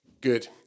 Good